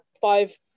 five